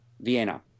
Vienna